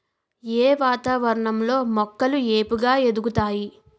ఏ వాతావరణం లో మొక్కలు ఏపుగ ఎదుగుతాయి?